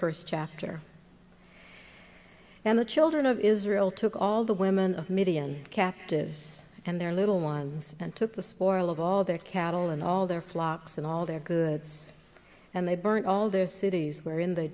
first chapter and the children of israel took all the women of midian captives and their little ones and took the spoil of all their cattle and all their flocks and all their goods and they burnt all their cities wherein the